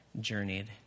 journeyed